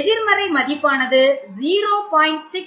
எதிர்மறை மதிப்பானது 0